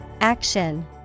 Action